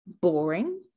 boring